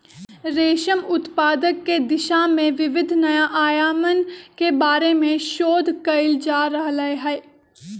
रेशम उत्पादन के दिशा में विविध नया आयामन के बारे में शोध कइल जा रहले है